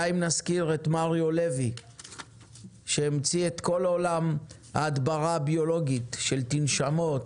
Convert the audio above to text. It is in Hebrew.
די אם נזכיר את מריו לוי שהמציא את כל עולם ההדברה הביולוגית של תנשמות,